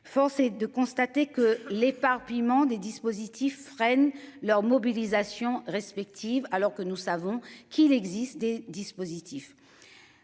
Force est de constater que l'éparpillement des dispositifs freine leur mobilisation respective, alors que nous savons qu'il existe des dispositifs.